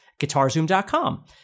guitarzoom.com